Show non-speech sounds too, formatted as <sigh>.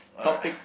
alright <breath>